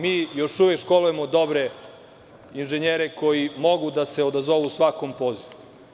Mi još uvek školujemo dobre inženjere koji mogu da se odazovu svakom pozivu.